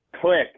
click